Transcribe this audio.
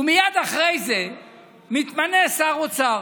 מייד אחרי זה מתמנה שר אוצר,